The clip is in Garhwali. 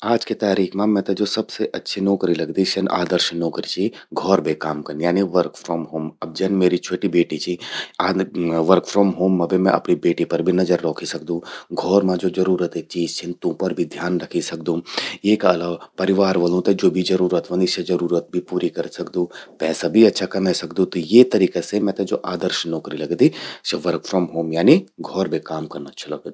आज कि तारीख मां मेते ज्वो सबसे अच्छी नौकरि लगदि स्या आदर्श नौकरी चि घौर बे काम कन। यानी वर्क फ्रॉम होम। अब जन म्येरि छ्वोटि बेटी चि, वर्क फ्रॉम होम मां बे मैं अपरि बेटि पर भि नजर रौख सकदू। घौर मां ज्वो जरूरते चीज छिन तूं पर भि मैं ध्यान रौख सकदू। येका अलावा परिवार वलूं ते ज्वो भि जरूरत व्हंदि, स्या जरूरत भि मैं पूरि कर सकदू। पैसा भि अच्छा कमै सकदू। त ये तरिका से मेते ज्वो आदर्श नौकरि लगदि स्या वर्क फ्रॉम होम यानी घौर बे काम कन अच्छू लगद।